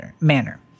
manner